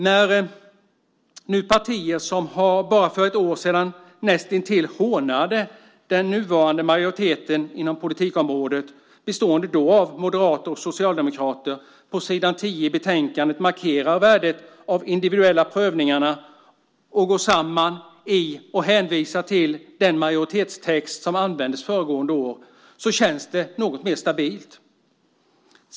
När nu partier som för bara ett år sedan näst intill hånade den dåvarande majoriteten inom politikområdet, bestående av moderater och socialdemokrater, på s. 10 i betänkandet markerar värdet av de individuella prövningarna och samlat hänvisar till den majoritetstext som användes föregående år känns det något mer stabilt.